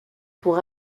pour